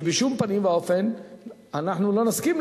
שבשום פנים ואופן אנחנו לא נסכים.